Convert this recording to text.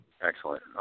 Excellent